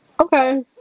okay